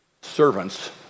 servants